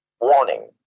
Warning